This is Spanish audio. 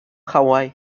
hawaii